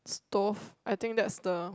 stove I think that's the